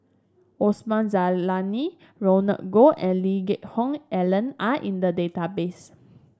Osman Zailani Roland Goh and Lee Geck Hoon Ellen are in the database